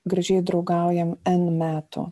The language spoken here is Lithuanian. gražiai draugaujam n metų